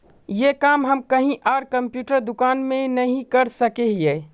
ये काम हम कहीं आर कंप्यूटर दुकान में नहीं कर सके हीये?